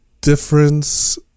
difference